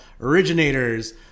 originators